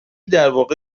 درواقع